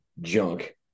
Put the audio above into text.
junk